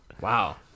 Wow